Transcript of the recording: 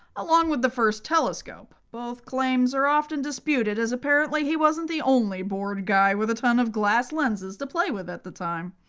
along with the first telescope. both claims are often disputed, as apparently he wasn't the only bored guy with a ton of glass lenses to play with at the time.